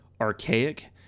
archaic